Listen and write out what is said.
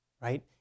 Right